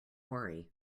worry